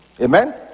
amen